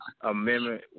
Amendment